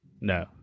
No